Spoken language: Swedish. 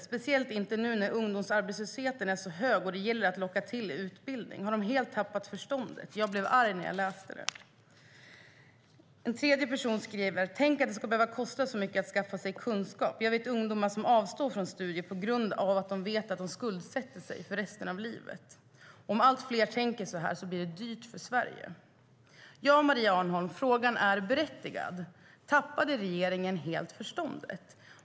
Speciellt inte nu när ungdomsarbetslösheten är så hög och det gäller att locka till utbildning. Har de helt tappat förståndet? Jag blev arg när jag läste det. En tredje person skriver: Tänk att det ska behöva kosta så mycket att skaffa sig kunskap. Jag vet ungdomar som avstår från studier på grund av att de vet att de skuldsätter sig för resten av livet. Om allt fler tänker så här blir det dyrt för Sverige. Ja, Maria Arnholm, frågan är berättigad. Tappade regeringen helt förståndet?